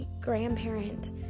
grandparent